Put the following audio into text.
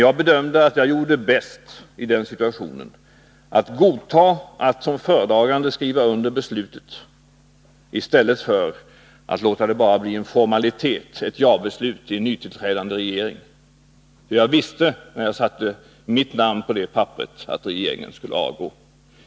Jag bedömde att jag i den situationen gjorde bäst i att godta att som föredragande skriva under beslutet, i stället för att låta det bara bli en formalitet, ett ja-beslut enligt villkorslagen i en nytillträdande regering. Jag visste när jag satte mitt namn på detta papper att regeringen skulle avgå.